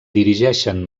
dirigeixen